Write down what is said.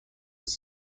was